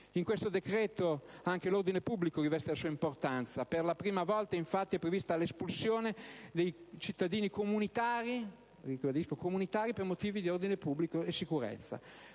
In questo decreto anche l'ordine pubblico riveste la sua importanza: per la prima volta, infatti, è prevista l'espulsione dei cittadini comunitari - ribadisco: comunitari - per motivi di ordine pubblico e sicurezza.